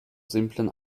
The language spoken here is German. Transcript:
simplen